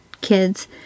kids